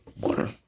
Water